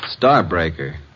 Starbreaker